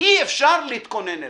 אי-אפשר להתכונן אליו.